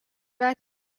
right